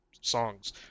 songs